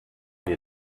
wir